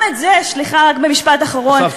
סליחה, רק במשפט אחרון.